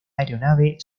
aeronave